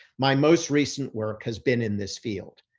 my most recent work has been in this field.